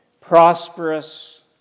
prosperous